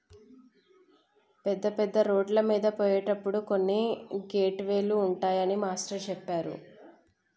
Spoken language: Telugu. పెద్ద పెద్ద రోడ్లమీద పోయేటప్పుడు కొన్ని గేట్ వే లు ఉంటాయని మాస్టారు చెప్పారు